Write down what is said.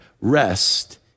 rest